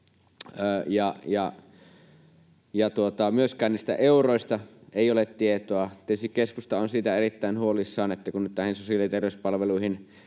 niistä euroista ei ole tietoa. Keskusta on siitä erittäin huolissaan, että kun nyt sosiaali- ja terveyspalveluihin